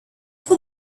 for